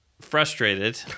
frustrated